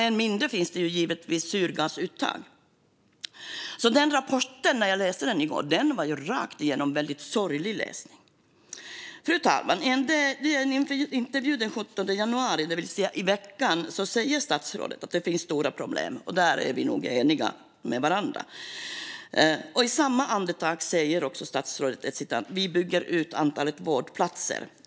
Än mindre finns det syrgasuttag. När jag läste den rapporten i går var det rakt igenom en väldigt sorglig läsning. Fru talman! I en DN-intervju den 17 januari, i veckan, säger statsrådet att det finns stora problem. Där är vi nog eniga med varandra. I samma andetag säger statsrådet: Vi bygger ut antalet vårdplatser.